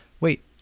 wait